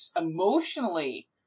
emotionally